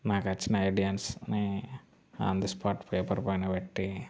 నాకు వచ్చిన ఐడియాస్ని ఆన్ ది స్పాట్ పేపర్ పైన పెట్టి